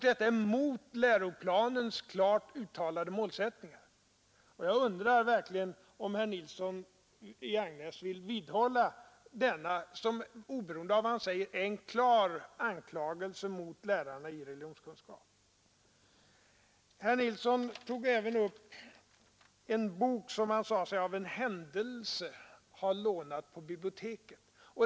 Detta är mot läroplanens klart uttalade målsättningar, och jag undrar verkligen om herr Nilsson i Agnäs vill vidhålla sitt uttalande som oberoende av vad han säger är en klar anklagelse mot lärarna i religionskunskap. Herr Nilsson tog även upp en bok, som han sade sig av en händelse ha lånat på biblioteket.